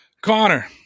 connor